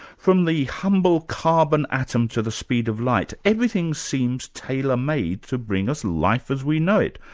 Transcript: from the humble carbon atom to the speed of light, everything seems tailor-made to bring us life as we know it.